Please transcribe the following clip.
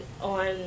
on